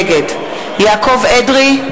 נגד יעקב אדרי,